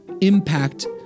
impact